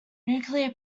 nuclear